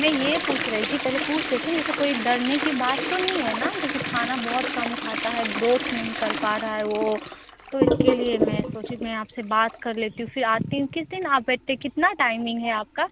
मैं यह पूछ रही थी पहले पूछ लेती हूँ जैसे कोई डरने की बात तो नहीं है ना जैसे खाना बहुत कम खाता है ग्रोथ नहीं कर पा रहअ है वह तो इसके लिए मैं सोची मैं आप से बात कर लेती हूँ फिर आती हूँ किस दिन आप बैठते कितना टाइमिंग है आपका